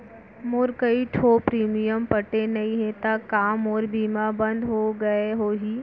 मोर कई ठो प्रीमियम पटे नई हे ता का मोर बीमा बंद हो गए होही?